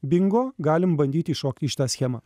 bingo galim bandyt įšokt į š tą schemą